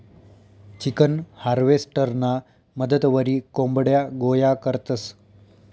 chicken हार्वेस्टरना मदतवरी कोंबड्या गोया करतंस